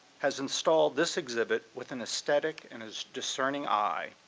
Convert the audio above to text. has installed this exhibit with an aesthetic and as discerning eye,